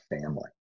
family